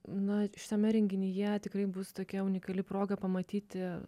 na šitame renginyje tikrai bus tokia unikali proga pamatyti